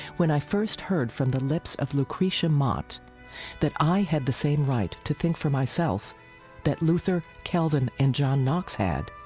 when i first heard from the lips of lucretia mott that i had the same right to think for myself that luther, calvin, and john knox had,